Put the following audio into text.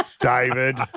David